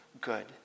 good